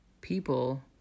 people